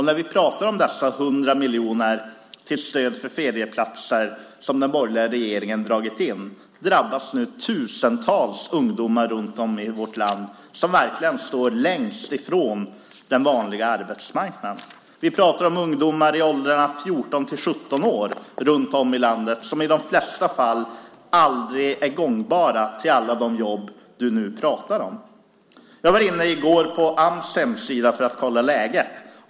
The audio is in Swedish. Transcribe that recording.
När vi talar om dessa 100 miljoner till stöd för ferieplatser som den borgerliga regeringen dragit in drabbas tusentals ungdomar i vårt land som verkligen står längst ifrån den vanliga arbetsmarknaden. Vi talar om ungdomar i åldern 14-17 år runt om i landet som i de flesta fall aldrig är gångbara till alla de jobb du nu talar om. Jag var i går inne på Ams hemsida för att kolla läget.